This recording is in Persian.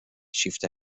شیفت